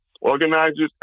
organizers